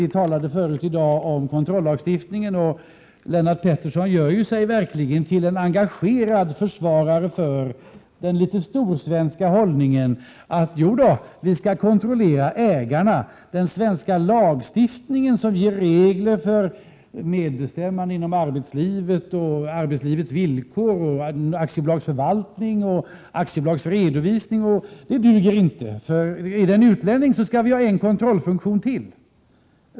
Vi talade förut i dag om kontrollagstiftningen, och Lennart Pettersson gör sig verkligen till en engagerad försvarare av den litet storsvenska hållningen: Jodå, vi skall kontrollera ägarna. Den svenska lagstiftningen, som ger regler för medbestämmande inom arbetslivet, arbetslivets villkor, aktiebolagsförvaltning och aktiebolagsredovisning, duger inte. Är det en utlänning skall vi ha en kontrollfunktion till!